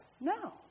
No